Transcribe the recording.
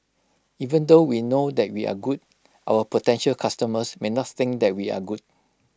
even though we know that we are good our potential customers may not think that we are good